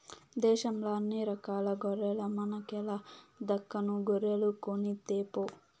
దేశంల అన్ని రకాల గొర్రెల మనకేల దక్కను గొర్రెలు కొనితేపో